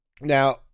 Now